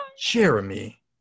Jeremy